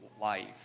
life